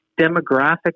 demographic